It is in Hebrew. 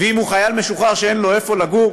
ואם הוא חייל משוחרר שאין לו איפה לגור,